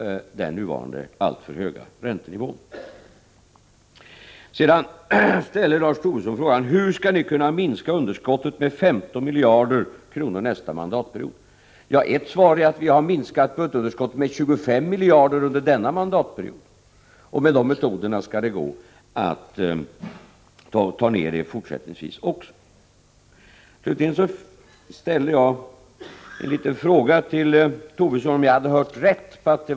Lars Tobisson frågade: Hur skall ni minska budgetunderskottet med 15 miljarder kronor under nästa mandatperiod? Mitt svar är att vi har minskat budgetunderskottet med 25 miljarder under denna mandatperiod. Med samma metoder skall det gå att minska budgetunderskottet även fortsättningsvis. Jag ställde en liten fråga till Lars Tobisson. Hade jag hört rätt?